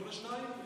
לא לשניים?